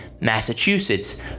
Massachusetts